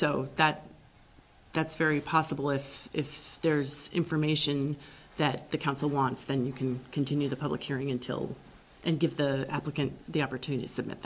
so that that's very possible if if there's information that the council wants then you can continue the public hearing until and give the applicant the opportunity submit